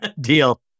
Deal